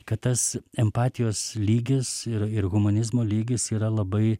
kad tas empatijos lygis ir ir humanizmo lygis yra labai